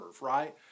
right